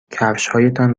کفشهایتان